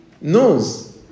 knows